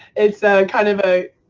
it's ah a kind of a,